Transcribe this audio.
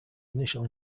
initial